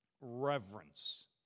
reverence